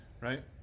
Right